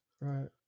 Right